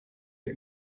der